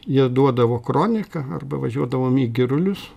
jie duodavo kroniką arba važiuodavom į girulius